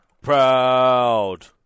Proud